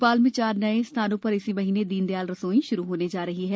भोपाल में चार नए स्थानों पर इसी महीने दीनदयाल रसोई शुरू होने जा रही है